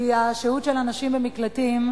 כי השהות של הנשים במקלטים,